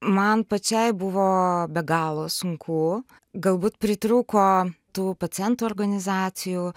man pačiai buvo be galo sunku galbūt pritrūko tų pacientų organizacijų